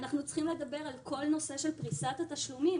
אנחנו צריכים לדבר על כל הנושא של פריסת התשלומים,